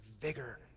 vigor